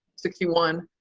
sixty one,